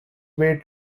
way